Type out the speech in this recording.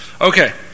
okay